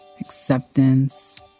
acceptance